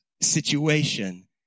situation